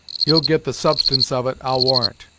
you'll get the substance of it, i'll warrant!